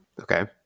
Okay